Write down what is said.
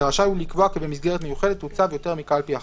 ורשאי הוא לקבוע כי במסגרת מיוחדת תוצב יותר מקלפי אחת.